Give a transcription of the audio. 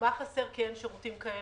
מה חסר כי אין שירותים כאלה,